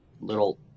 little